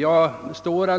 Jag har alltså bara